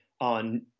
on